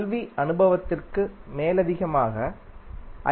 கல்வி அனுபவத்திற்கு மேலதிகமாக ஐ